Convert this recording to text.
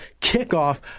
kickoff